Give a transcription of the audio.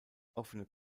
offene